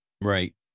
Right